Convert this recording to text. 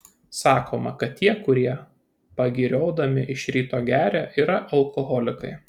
sakoma kad tie kurie pagiriodami iš ryto geria yra alkoholikai